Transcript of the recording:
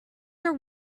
are